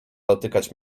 dotykać